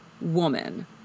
woman